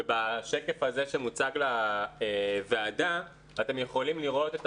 בשקף הזה שמוצג לוועדה אתם יכולים לראות את